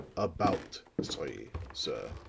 about three, sir,